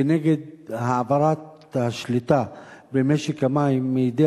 כנגד העברת השליטה במשק המים מידי